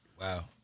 Wow